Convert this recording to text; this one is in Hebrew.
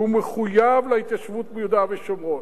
והוא מחויב להתיישבות ביהודה ושומרון.